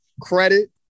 credit